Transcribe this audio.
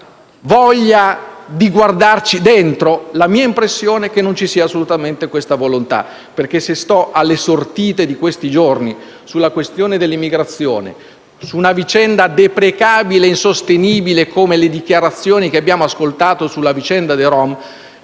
voglia di guardarci dentro? La mia impressione è che non ci sia assolutamente questa volontà; se sto alle sortite di questi giorni sulla questione dell'immigrazione e su una vicenda deprecabile e insostenibile come le dichiarazioni che abbiamo ascoltato sulla vicenda dei rom,